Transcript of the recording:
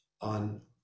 on